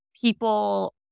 people